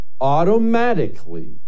automatically